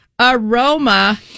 aroma